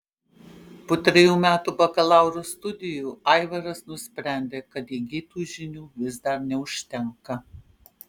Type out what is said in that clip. po trejų metų bakalauro studijų aivaras nusprendė kad įgytų žinių vis dar neužtenka